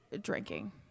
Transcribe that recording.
drinking